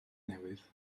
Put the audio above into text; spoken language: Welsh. newydd